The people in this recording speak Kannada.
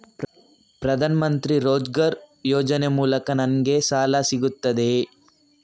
ಪ್ರದಾನ್ ಮಂತ್ರಿ ರೋಜ್ಗರ್ ಯೋಜನೆ ಮೂಲಕ ನನ್ಗೆ ಸಾಲ ಸಿಗುತ್ತದೆಯೇ?